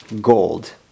gold